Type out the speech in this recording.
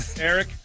Eric